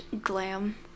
glam